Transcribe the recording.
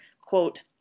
quote